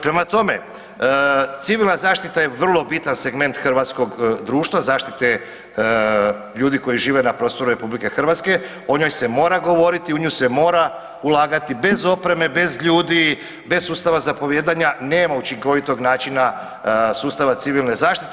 Prema tome, civilna zaštita je vrlo bitan segment hrvatskog društva zaštite ljudi koji žive na prostoru RH, o njoj se mora govoriti, u nju se mora ulagati bez opreme, bez ljudi, bez sustava zapovijedanja nema učinkovitog načina sustava civilne zašite.